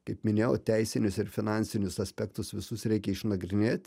kaip minėjau teisinius ir finansinius aspektus visus reikia išnagrinėt